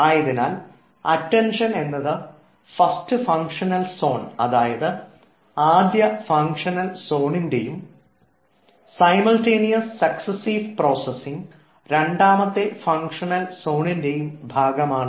ആയതിനാൽ അറ്റൻഷൻ എന്നത് first functional zone അതായത് ആദ്യ ഫംഗ്ഷണൽ സോണിൻറെയും സൈമൾടെനിയസ് സക്സ്സീവ് പ്രോസസിംഗ് രണ്ടാമത്തെ ഫംഗ്ഷണൽ സോണിൻറെയും ഭാഗമാണ്